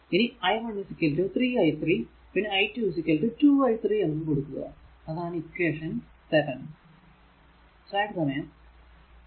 ഇനി i 1 3 i 3 പിന്നെ i2 2 i 3 എന്നും കൊടുക്കുക അതാണ് ഇക്വേഷൻ 7